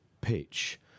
pitch